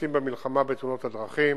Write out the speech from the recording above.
העוסקים במלחמה בתאונות הדרכים,